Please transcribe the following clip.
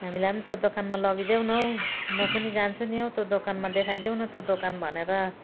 हामीलाई पनि त्यो दोकानमा लगिदेउन हौ म पनि जान्छु नि हौ त्यो दोकानमा देखाइदेऊ न त्यो दोकान भनेर